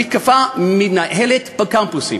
המתקפה מתנהלת בקמפוסים,